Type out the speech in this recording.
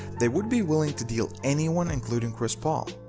they would be willing to deal anyone including chris paul.